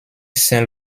saint